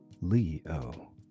Leo